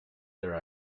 their